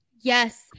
yes